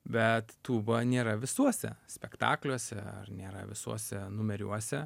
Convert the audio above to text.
bet tūba nėra visuose spektakliuose ar nėra visuose numeriuose